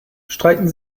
streiten